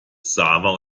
xaver